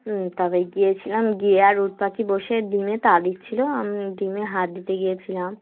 তারপরে গিয়েছিলাম গিয়ে আর উট পাখি বসে ডিমে তা দিচ্ছিলো আমি ডিমে হাত দিতে গিয়েছিলাম